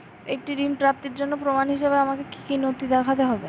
একটি ঋণ প্রাপ্তির জন্য প্রমাণ হিসাবে আমাকে কী কী নথি দেখাতে হবে?